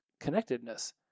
connectedness